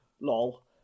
lol